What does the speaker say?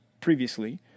previously